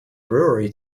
brewery